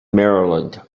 maryland